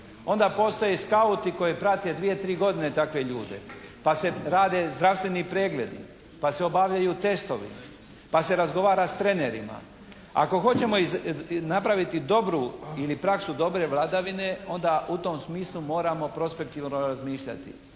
onda postoje skauti koji prate dvije, tri godine takve ljude. Pa se rade zdravstveni pregledi pa se obavljaju testovi, pa se razgovara s trenerima. Ako hoćemo napraviti dobru ili praksu dobre vladavine onda u tom smislu moramo prospektivno razmišljati.